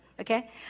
Okay